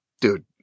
dude